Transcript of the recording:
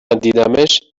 دیدمش